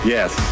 Yes